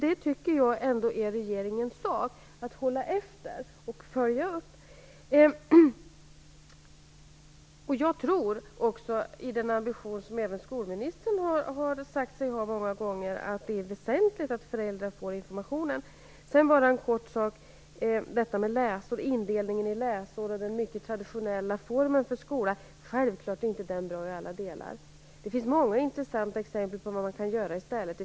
Jag tycker att det är regeringens sak att hålla efter och följa upp detta. Jag tror att det är väsentligt att föräldrar får information. Skolministern har också många gånger sagt sig ha den ambitionen. Indelningen i läsår och den mycket traditionella formen för skolan är självfallet inte bra i alla delar. Det finns många intressanta exempel på vad man kan göra i stället.